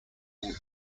label